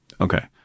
Okay